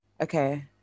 Okay